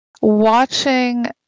watching